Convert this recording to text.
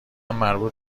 مربوط